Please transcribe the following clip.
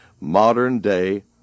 modern-day